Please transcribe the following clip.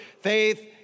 Faith